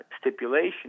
stipulation